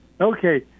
Okay